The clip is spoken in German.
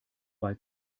bei